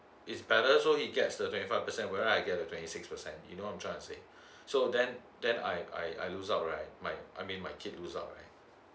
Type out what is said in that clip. is better so he gets the twenty five percent where I get a twenty six percent you know I'm trying to say so then then I I lose out right my I mean my kid lose out right